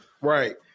right